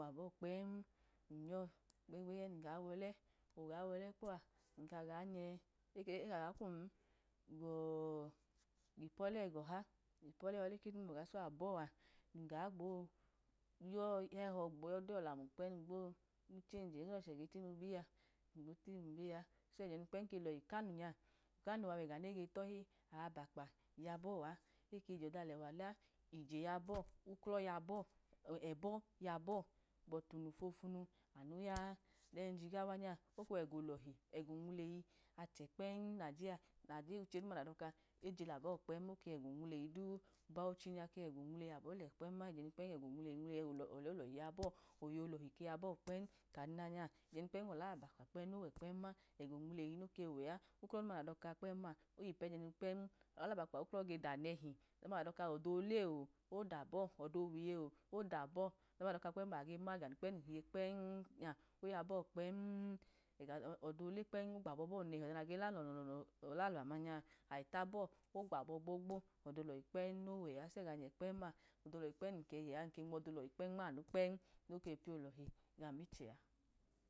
Nle fa bọ kpẹm n-yọ ẹbẹ num ga wolẹ oga wolẹ kpọ a n kaga nyẹ, nyẹ, eka ga kwum gọ ipu ole egọha ipu olẹ le kedumọga, abọ numga gbo hẹhọ num ga gbo yedeyi ọlamu kpẹm gbo chengi ga gbo yodeyi damu ẹgẹ nochẹ ge teyinu biye a, so ẹjẹ jimu kpẹm kelohi, kanu nya kanu wega nege to̱nu abakpa yabọ a ekeyi jọda alẹwa la, ije yanbọ uklọ yubọ, ẹbọ yabọ bọti umu fofunu amu ya, ujigawa oke wẹga. Olọhi egọ onwuleyi achẹ kpẹm yabọ uchẹ dumn ndok ejila bọ kpẹm ake wega onwuleyidu, bauchi nya ke wega onwuleyi abolẹ kpẹm ma ẹjẹjinu kpem wega onwleyi, ọlẹ olọhi yabọ oyeyi olohi yabọ kpẹm kaduna nya ẹjẹjunu kpẹm ọla akpa kpem ejejinu wẹkpem ma ega onwuleyi noke wẹa uklọ du ma nadoka kpẹm-ma oyipu ejejinu kpẹm, olabakpa uklọ ge dn nẹhe, ola duhu nadoka oda ole ch, odo wiye oh oda bọ, oda duma nadoka kpẹm ega duma mum hiye kpẹm nya oya yabọ kpem, oda ole kpẹm ogbabọ abọ nehi oda nage la lọno lono ọlalọ amanya, ale tabọ agbabọ bbo gbo oda olalu kpẹm nowe a, so ẹga num yẹ kpẹm oda olohi kpẹm nowẹa nke nwoda olihi nmanu kpẹm noke piyolohi gam ichẹ a.